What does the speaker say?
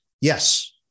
yes